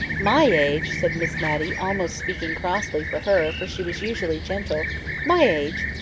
my age! said miss matty, almost speaking crossly, for her, for she was usually gentle my age!